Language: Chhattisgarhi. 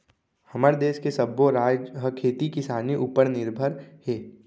हमर देस के सब्बो राज ह खेती किसानी उपर निरभर हे